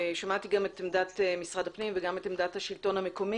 ושמעתי גם את עמדת משרד הפנים וגם את עמדת השלטון המקומי,